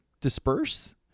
disperse